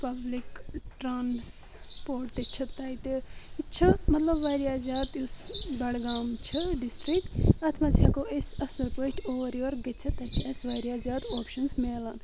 public transport تہِ چھ تتہِ چھ مطلب واریاہ زیادٕ یُس بڈگام چھ ڈسٹرک اتھ منٛز ہیٚکو أسۍ اصٕل پاٹھۍ اورٕ یور گٔژھتھ تتہِ چھِ اسہِ واریاہ زیادٕ اوپشنٕز میلان